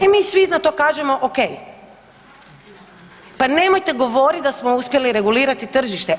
I mi svi na to kažemo o.k. Pa nemojte govoriti da smo uspjeli regulirati tržište.